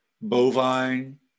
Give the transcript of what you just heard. bovine